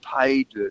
paid